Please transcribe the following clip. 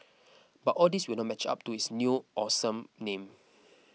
but all these will not match up to its new awesome name